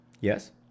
Yes